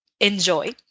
enjoy